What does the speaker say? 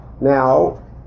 now